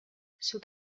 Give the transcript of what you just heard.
zuk